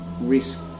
risk